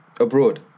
Abroad